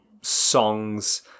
songs